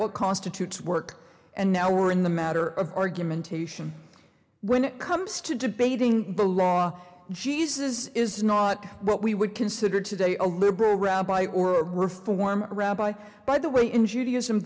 what constitutes work and now we're in the matter of argumentation when it comes to debating the law jesus is not what we would consider today a liberal rabbi or a reform rabbi by the way in judaism